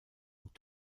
und